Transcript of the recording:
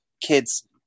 kids